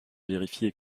vérifier